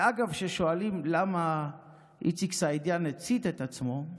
ואגב, שואלים למה איציק סעידיאן הצית את עצמו,